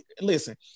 listen